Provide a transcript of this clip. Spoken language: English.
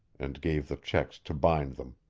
and gave the checks to bind them.